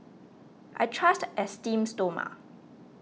I trust Esteem Stoma